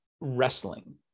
wrestling